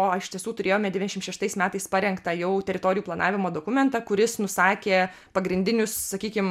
o iš tiesų turėjome deviniasdešim šeštais metais parengtą jau teritorijų planavimo dokumentą kuris nusakė pagrindinius sakykim